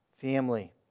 family